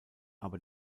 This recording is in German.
aber